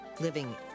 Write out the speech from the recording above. living